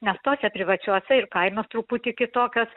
nes tose privačiose ir kainos truputį kitokios